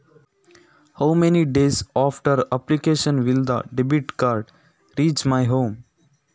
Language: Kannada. ಅರ್ಜಿ ಹಾಕಿದ ಎಷ್ಟು ದಿನದ ನಂತರ ಡೆಬಿಟ್ ಕಾರ್ಡ್ ನನ್ನ ಮನೆಗೆ ಬರುತ್ತದೆ?